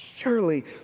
Surely